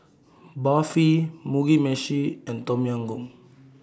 Barfi Mugi Meshi and Tom Yam Goong